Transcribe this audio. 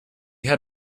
had